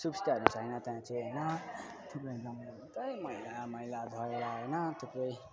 सुबिस्ताहरू छैन त्यहाँ चाहिँ होइन त्यहीँ मैला मैला गरेर होइन थुप्रै